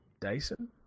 Dyson